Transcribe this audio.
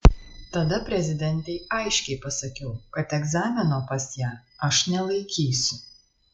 tada prezidentei aiškiai pasakiau kad egzamino pas ją aš nelaikysiu